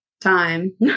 time